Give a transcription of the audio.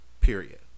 Period